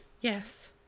yes